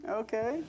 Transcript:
okay